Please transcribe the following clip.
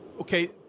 okay